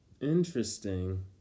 Interesting